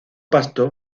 pasto